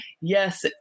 yes